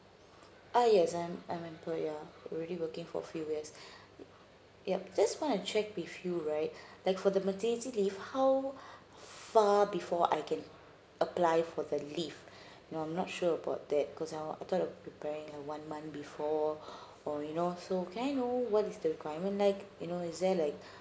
ah yes I'm I'm an employer already working for few years yup just wanna check with you right like for the maternity leave how far before I can apply for the leave you know I'm not sure about that cause I want I thought to preparing a one month before or you know so can I know what is the requirement like you know is there like